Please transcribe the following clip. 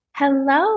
Hello